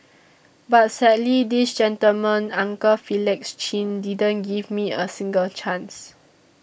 but sadly this gentleman uncle Felix Chin didn't give me a single chance